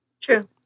True